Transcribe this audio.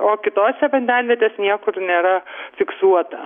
o kitose vandenvietės niekur nėra fiksuota